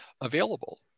available